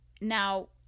Now